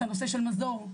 את נושא של מזור,